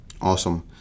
Awesome